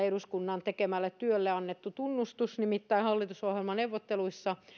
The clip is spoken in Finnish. eduskunnan tekemälle työlle annettu tunnustus nimittäin hallitusohjelmaneuvotteluissa